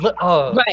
Right